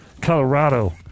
Colorado